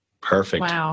Perfect